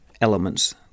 elements